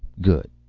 good.